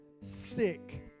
sick